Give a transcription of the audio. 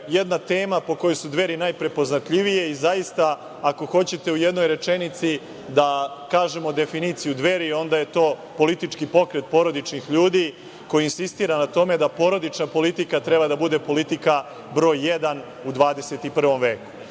jedna tema po kojoj su Dveri najprepoznatljivije i, zaista, ako hoćete u jednoj rečenici da kažemo definiciju Dveri, onda je to - politički pokret porodičnih ljudi koji insistira na tome da porodična politika treba da bude politika broj jedan u 21. veku.